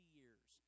years